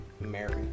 Mary